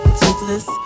toothless